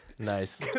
Nice